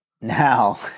now